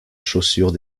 chaussures